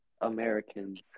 Americans